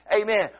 Amen